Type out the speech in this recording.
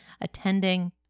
attending